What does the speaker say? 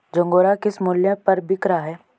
झंगोरा किस मूल्य पर बिक रहा है?